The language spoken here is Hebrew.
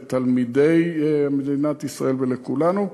לתלמידי מדינת ישראל ולכולנו,